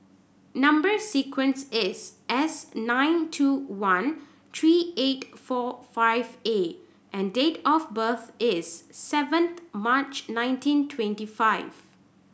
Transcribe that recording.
number sequence is S nine two one three eight four five A and date of birth is seven March nineteen twenty five